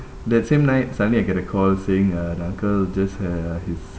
that same night suddenly I get a call saying uh the uncle just had uh his